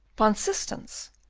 van systens,